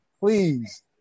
Please